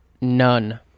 none